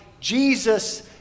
Jesus